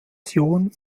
fusion